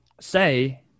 say